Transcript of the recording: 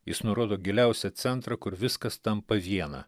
jis nurodo giliausią centrą kur viskas tampa viena